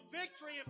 victory